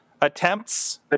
attempts